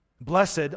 Blessed